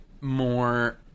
more